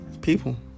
People